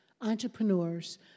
entrepreneurs